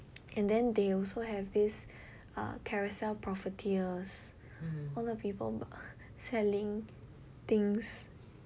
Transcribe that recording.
and then they also have this uh Carousell profiteers all the people selling things